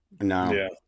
No